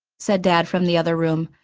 said dad from the other room,